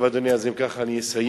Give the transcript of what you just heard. טוב, אדוני, אז אם כך אני אסיים.